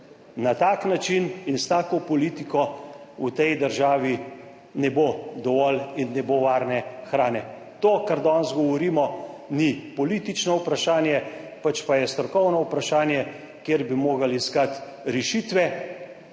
Na tak način in s tako politiko v tej državi ne bo dovolj in ne bo varne hrane. To, kar danes govorimo, ni politično vprašanje, pač pa je strokovno vprašanje, kjer bi morali iskati rešitve,